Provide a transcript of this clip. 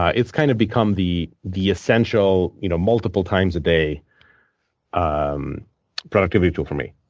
ah it's kind of become the the essential you know multiple times a day um productivity tool for me.